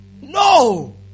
No